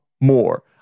more